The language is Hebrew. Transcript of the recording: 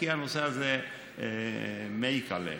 כי הנושא הזה מעיק עליהם.